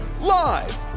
live